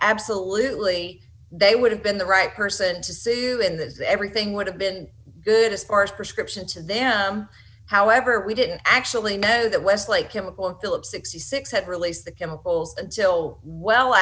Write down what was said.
absolutely they would have been the right person to suit in this everything would have been good as far as prescription to them however we didn't actually know that westlake chemical in philip sixty six had released the chemicals until well